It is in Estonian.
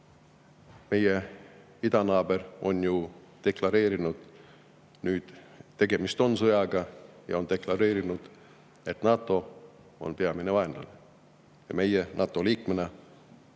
meie idanaaber on nüüd deklareerinud, et tegemist on sõjaga, ja on deklareerinud, et NATO on peamine vaenlane. Meie NATO liikmena